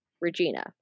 Regina